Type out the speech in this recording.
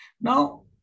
Now